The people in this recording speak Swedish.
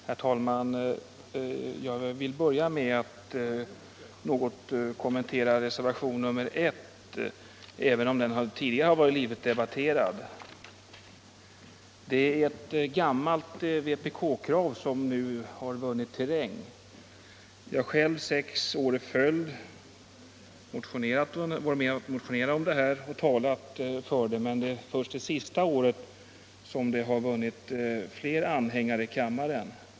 Herr talman! Jag vill börja med att något kommentera reservationen 1, även om den har varit livlig debatterad tidigare. Reservationen handlar om ett gammalt vpk-krav som nu har vunnit terräng. Jag har själv sex år i följd varit med om att motionera i den frågan, och jag har talat för den, men först under det senaste året har förslaget vunnit fler anhängare här i riksdagen.